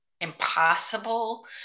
impossible